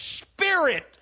spirit